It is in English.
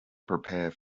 prepare